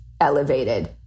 elevated